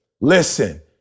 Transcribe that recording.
listen